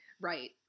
Right